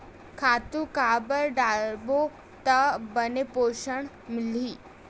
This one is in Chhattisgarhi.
खातु काबर डारबो त बने पोषण मिलही?